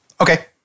Okay